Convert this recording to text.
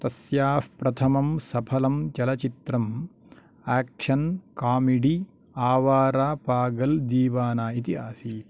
तस्याः प्रथमं सफलं चलचित्रम् आक्शन् कामिडि आवारा पागल् दीवाना इति आसीत्